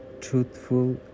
truthful